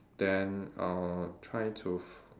then uh try to